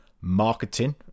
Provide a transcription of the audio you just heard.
marketing